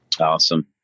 Awesome